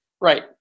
Right